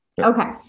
Okay